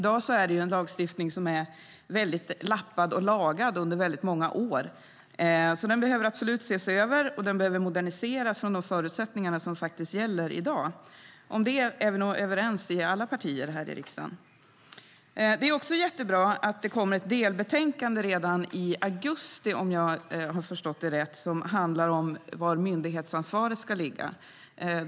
Det är i dag en lagstiftning som är väldigt lappad och lagad under många år. Den behöver absolut ses över och moderniseras utifrån de förutsättningar som gäller i dag. Om det är vi nog överens i alla partier här i riksdagen. Det är också jättebra att det kommer ett delbetänkande redan i augusti, om jag har förstått det rätt, som handlar om var myndighetsansvaret ska ligga.